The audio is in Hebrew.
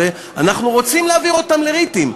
ואנחנו רוצים להעביר אותם לריטים,